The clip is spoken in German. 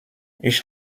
ich